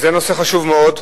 וזה נושא חשוב מאוד.